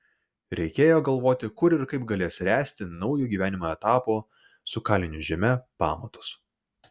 reikėjo galvoti kur ir kaip galės ręsti naujo gyvenimo etapo su kalinio žyme pamatus